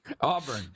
Auburn